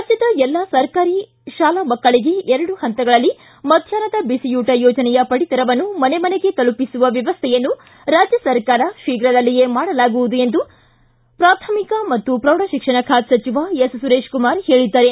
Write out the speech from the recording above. ರಾಜ್ಯದ ಎಲ್ಲಾ ಸರ್ಕಾರಿ ಶಾಲಾ ಮಕ್ಕಳಿಗೆ ಎರಡು ಹಂತಗಳಲ್ಲಿ ಮಧ್ಯಾಹ್ನದ ಬಿಸಿಯೂಟ ಯೋಜನೆಯ ಪಡಿತರವನ್ನು ಮನೆ ಮನಗೆ ತಲುಪಿಸುವ ವ್ಯವಸ್ಥೆಯನ್ನು ರಾಜ್ಯ ಸರ್ಕಾರ ಶೀಘ್ರದಲ್ಲಿಯೇ ಮಾಡಲಾಗುವುದು ಎಂದು ಪ್ರಾಥಮಿಕ ಹಾಗೂ ಪ್ರೌಢಶಿಕ್ಷಣ ಸಚಿವ ಸುರೇಶ್ಕುಮಾರ್ ಹೇಳಿದ್ದಾರೆ